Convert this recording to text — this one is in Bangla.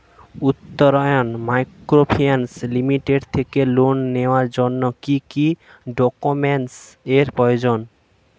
উত্তরন মাইক্রোফিন্যান্স লিমিটেড থেকে লোন নেওয়ার জন্য কি কি ডকুমেন্টস এর প্রয়োজন?